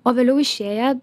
o vėliau išėję